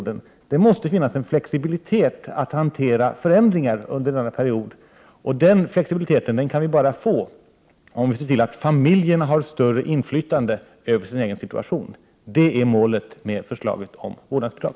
Det måste finnas en flexibilitet att hantera förändringar under den här perioden. Den flexibiliteten kan vi få bara om vi ser till att familjerna har större inflytande över sin egen situation. Det är målet med förslaget om vårdnadsbidrag.